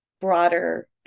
broader